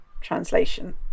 translation